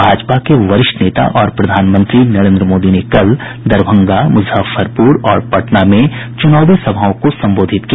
भाजपा के वरिष्ठ नेता और प्रधानमंत्री नरेन्द्र मोदी ने कल दरभंगा मूजफ्फरपूर और पटना में चुनावी सभाओं को संबोधित किया